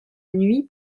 nuit